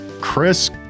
Chris